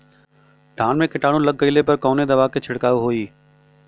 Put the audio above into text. धान में कीटाणु लग गईले पर कवने दवा क छिड़काव होई?